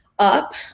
Up